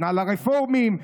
נתנה לרפורמים.